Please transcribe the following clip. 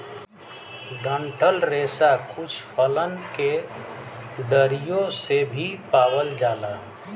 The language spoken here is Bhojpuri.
डंठल रेसा कुछ फलन के डरियो से भी पावल जाला